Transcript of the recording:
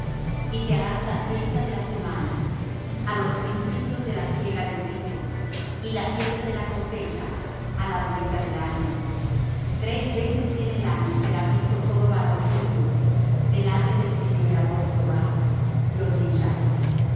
y te harás la fiesta de las semanas á los principios de la siega del trigo y la fiesta de la cosecha á la vuelta del año tres veces en el año será visto todo varón tuyo delante del señoreador jehová dios de israel